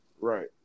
Right